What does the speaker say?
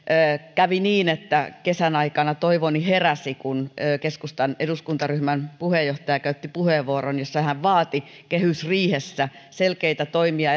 kävi niin että kesän aikana toivoni heräsi kun keskustan eduskuntaryhmän puheenjohtaja käytti puheenvuoron jossa hän vaati kehysriihessä selkeitä toimia